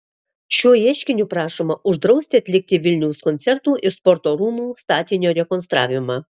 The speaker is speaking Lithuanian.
šiuo ieškiniu prašoma uždrausti atlikti vilniaus koncertų ir sporto rūmų statinio rekonstravimą